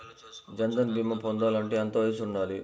జన్ధన్ భీమా పొందాలి అంటే ఎంత వయసు ఉండాలి?